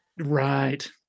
Right